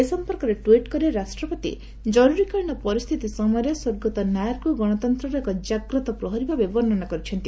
ଏ ସମ୍ପର୍କରେ ଟୁଇଟ୍ କରି ରାଷ୍ଟ୍ରପତି ଜରୁରୀକାଳୀନ ପରିସ୍ଥିତି ସମୟରେ ସ୍ୱର୍ଗତ ନାୟାରଙ୍କୁ ଗଣତନ୍ତ୍ର ଏକ ଜାଗ୍ରତ ପ୍ରହରୀ ଭାବେ ବର୍ଷ୍ଣନା କରିଛନ୍ତି